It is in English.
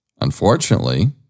Unfortunately